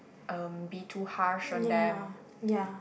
um be too harsh on them